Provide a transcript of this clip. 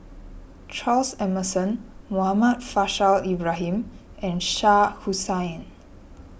Charles Emmerson Muhammad Faishal Ibrahim and Shah Hussain